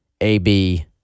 AB